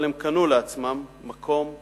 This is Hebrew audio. אבל הם קנו לעצמם מקום בנצח,